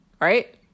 right